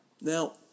Now